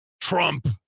Trump